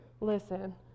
listen